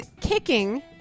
kicking